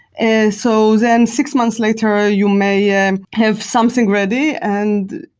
and so then six months later you may yeah have something ready and,